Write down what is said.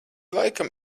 laikam